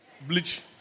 bleach